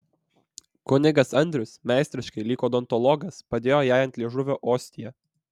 kunigas andrius meistriškai lyg odontologas padėjo jai ant liežuvio ostiją